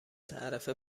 تعرفه